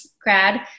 grad